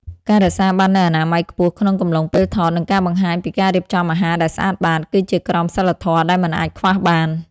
ការរក្សាបាននូវអនាម័យខ្ពស់ក្នុងកំឡុងពេលថត និងការបង្ហាញពីការរៀបចំអាហារដែលស្អាតបាត គឺជាក្រមសីលធម៌ដែលមិនអាចខ្វះបាន។